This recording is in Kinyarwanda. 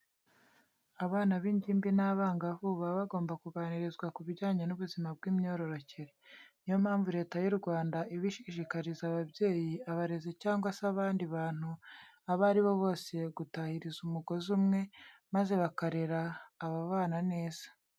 Abana b'ingimbi n'abangavu, baba bagomba kuganirizwa ku bijyanye n'ubuzima bw'imyororokere. Niyo mpamvu Leta y'u Rwanda iba ishishikariza ababyeyi, abarezi cyangwa se abandi bantu abo ari bo bose gutahiriza umugozi umwe maze bakarera aba bana neza.